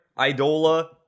Idola